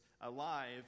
alive